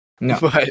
No